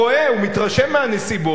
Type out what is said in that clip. הוא מתרשם מהנסיבות,